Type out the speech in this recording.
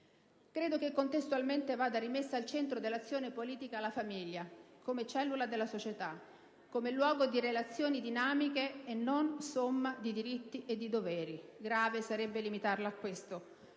Credo che contestualmente vada rimessa al centro dell'azione politica la famiglia, come cellula della società, come luogo di relazioni dinamiche e non somma di diritti e di doveri (grave sarebbe limitarla a questo),